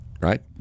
Right